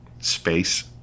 space